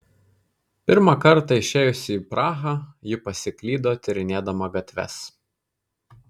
pirmą kartą išėjusi į prahą ji pasiklydo tyrinėdama gatves